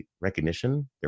recognition